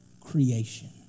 creation